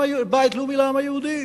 לאומי לעם היהודי.